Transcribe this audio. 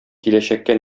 киләчәккә